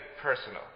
personal